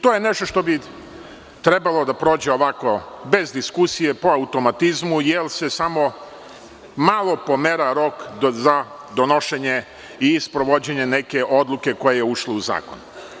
To je nešto što bi trebalo da prođe bez diskusije, po automatizmu jer se samo malo pomera rok za donošenje i sprovođenje neke odluke koja je ušla u zakon.